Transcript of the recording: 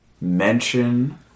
mention